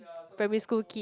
primary school kid